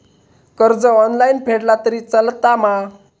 कर्ज ऑनलाइन फेडला तरी चलता मा?